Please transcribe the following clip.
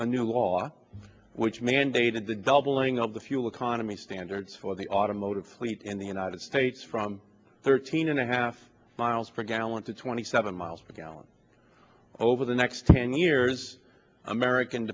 a new law which mandated the doubling of the fuel economy standards for the automotive fleet in the united states from thirteen and a half miles per gallon to twenty seven mpg over the next ten years american